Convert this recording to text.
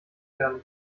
werden